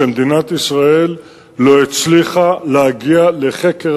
שמדינת ישראל לא הצליחה להגיע לחקר